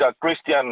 Christian